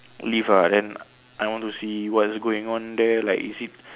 live ah then I want to see what's going on there like is it